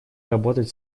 работать